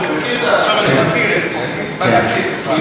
ברור.